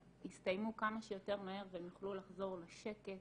יסתיימו כמה שיותר מהר והם יוכלו לחזור לשקט